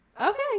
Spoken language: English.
Okay